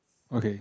okay